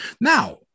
Now